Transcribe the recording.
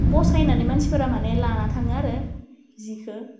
फसायनानै मानसिफोरा माने लाना थाङो आरो जिखौ